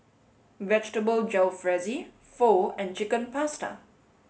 Vegetable Jalfrezi Pho and Chicken Pasta